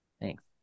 Thanks